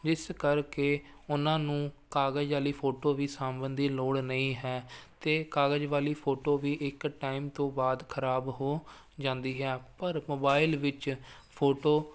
ਜਿਸ ਕਰਕੇ ਉਹਨਾਂ ਨੂੰ ਕਾਗਜ਼ ਵਾਲੀ ਫੋਟੋ ਵੀ ਸਾਂਭਣ ਦੀ ਲੋੜ ਨਹੀਂ ਹੈ ਅਤੇ ਕਾਗਜ਼ ਵਾਲੀ ਫੋਟੋ ਵੀ ਇੱਕ ਟਾਈਮ ਤੋਂ ਬਾਅਦ ਖਰਾਬ ਹੋ ਜਾਂਦੀ ਹੈ ਪਰ ਮੋਬਾਈਲ ਵਿੱਚ ਫੋਟੋ